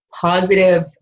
positive